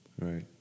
Right